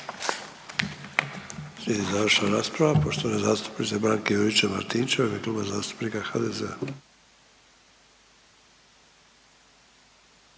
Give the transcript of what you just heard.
Hvala